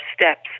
steps